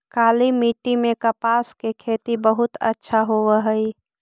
काली मिट्टी में कपास की खेती बहुत अच्छा होवअ हई